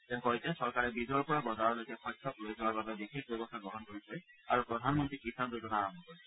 তেওঁ কয় যে চৰকাৰে বীজৰ পৰা বজাৰলৈকে শস্যক লৈ যোৱাৰ বাবে বিশেষ ব্যৱস্থা গ্ৰহণ কৰিছে আৰু প্ৰধানমন্ত্ৰী কিয়ান যোঁজনা আৰম্ভ কৰিছে